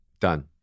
done